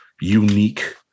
unique